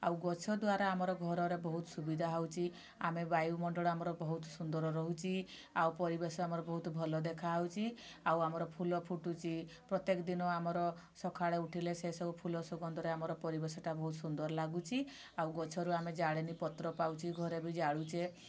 ଆଉ ଗଛ ଦ୍ୱାରା ଆମ ଘରର ବହୁତ ସୁବିଧା ହେଉଛି ଆମେ ବାୟୁମଣ୍ଡଳ ବହୁତ ସୁନ୍ଦର ରହୁଛି ଆଉ ପରିବେଶ ଆମର ବହୁତ ଭଲ ଦେଖାଯାଉଛି ଆଉ ଆମର ଫୁଲ ଫୁଟୁଛି ପ୍ରତ୍ୟେକ ଦିନ ଆମର ସକାଳେ ଉଠିଲେ ସେସବୁ ଫୁଲ ସୁଗନ୍ଧରେ ଆମର ପରିବେଶଟା ବହୁତ ସୁନ୍ଦର ଲାଗୁଛି ଆଉ ଗଛରୁ ଆମେ ଜାଳେଣି ପତ୍ର ପାଉଛେ ଘରେ ବି ଜାଳୁଛେ